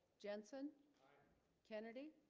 jensen kennedy